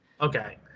okay